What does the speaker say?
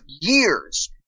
years